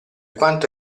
quanto